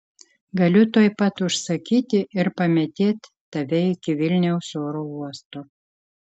galiu tuoj pat užsakyti ir pamėtėt tave iki vilniaus oro uosto